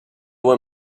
were